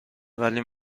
ولی